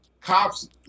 cops